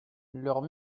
leurs